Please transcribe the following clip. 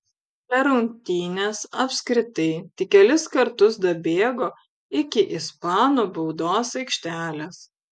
per rungtynes apskritai tik kelis kartus dabėgo iki ispanų baudos aikštelės